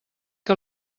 que